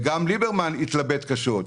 גם ליברמן התלבט קשות,